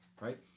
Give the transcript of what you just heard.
right